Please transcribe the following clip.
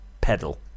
pedal